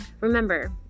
Remember